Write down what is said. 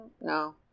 no